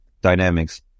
dynamics